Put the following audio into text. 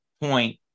point